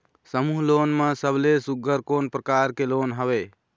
समूह लोन मा सबले सुघ्घर कोन प्रकार के लोन हवेए?